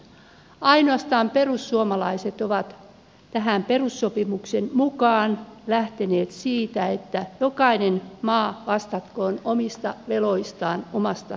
ainoastaan perussuomalaiset ovat tämän perussopimuksen mukaan lähteneet siitä että jokainen maa vastatkoon omista veloistaan omasta taloudestaan